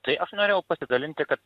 tai aš norėjau pasidalinti kad